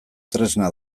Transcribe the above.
tresna